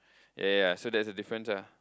ya ya so that's the difference ah